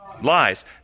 lies